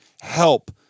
help